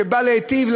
שבא להיטיב,